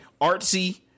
artsy